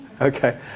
Okay